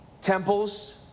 temples